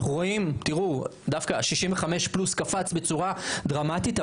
אנחנו רואים שה-65+ קפץ בצורה דרמטית,